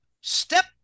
step